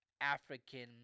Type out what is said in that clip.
African